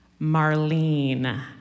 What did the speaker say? Marlene